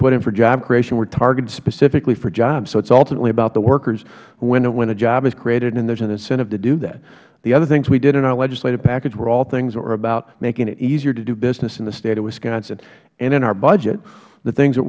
put in for job creation were targeted specifically for jobs so it is ultimately about the workers when a job is created and there is an incentive to do that the other things we did in our legislative package were all things that were about making it easier to do business in the state of wisconsin and in our budget the things that